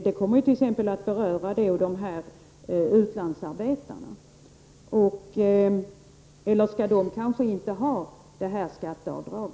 Det kommer t.ex. att beröra dessa utlandsarbetare. Eller skall de inte få göra detta skatteavdrag?